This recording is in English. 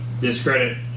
discredit